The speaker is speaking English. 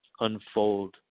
unfold